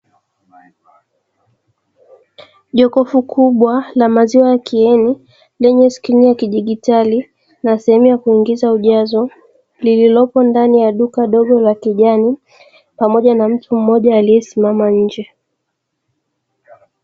Jokofu kubwa la maziwa ya kieni lenye Skrini ya kidigitali na sehemu ya kuingiza ujazo, lililopo ndani ya duka dogo la kijani pamoja na mtu mmoja aliyesimama nje.